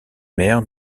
mère